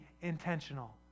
intentional